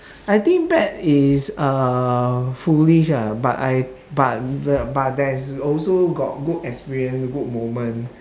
I think back is uh foolish ah but I but the but there is also got good experience good moment